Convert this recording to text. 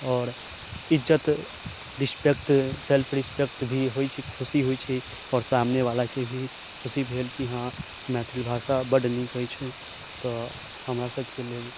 आओर इज्जत respect self respect भी होइ छै खुशी होइ छै आओर सामने वाला के भी खुशी भेल कि हँ मैथिल भाषा बड्ड नीक होइ छै तऽ हमरा सबके लेल